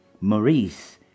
Maurice